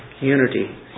Unity